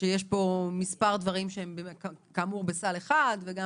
שיש פה מספר דברים שהם כאמור בסל אחד וגם